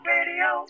Radio